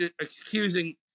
accusing